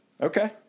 Okay